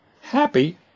Happy